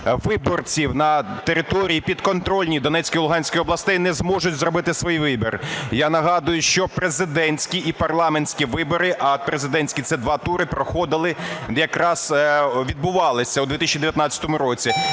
виборців на території підконтрольній Донецької і Луганської областей не зможуть зробити свій вибір. Я нагадую, що президентські і парламентські вибори, а президентські – це два тури, проходили, якраз відбувалися у 2019 році.